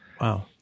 Wow